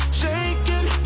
shaking